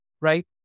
Right